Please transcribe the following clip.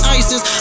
isis